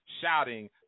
shouting